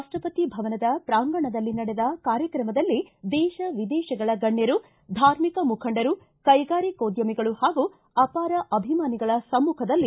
ರಾಷ್ಟಪತಿ ಭವನದ ಪ್ರಾಂಗಣದಲ್ಲಿ ನಡೆದ ಕಾರ್ಯಕ್ರಮದಲ್ಲಿ ದೇಶ ವಿದೇಶಗಳ ಗಣ್ಯರು ಧಾರ್ಮಿಕ ಮುಖಂಡರು ಕೈಗಾರಿಕೋದ್ಯಮಿಗಳು ಹಾಗೂ ಅಪಾರ ಅಭಿಮಾನಿಗಳ ಸಮ್ಮಖದಲ್ಲಿ